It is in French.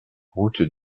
route